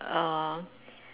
err